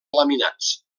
laminats